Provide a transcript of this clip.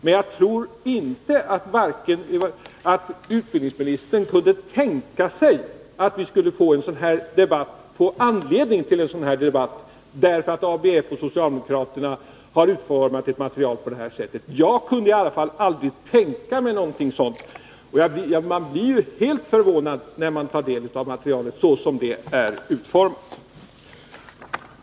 Men jag tror inte att utbildningsministern kunde tänka sig att vi skulle få anledning till en sådan här debatt, därför att ABF och socialdemokraterna har utformat ett material på detta sätt. Jag kunde i alla fall aldrig tänka mig något sådant. Man blir helt förvånad när man tar del av materialet såsom det är utformat.